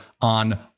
on